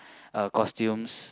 uh costumes